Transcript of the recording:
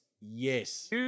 yes